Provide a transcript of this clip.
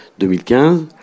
2015